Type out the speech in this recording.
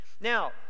Now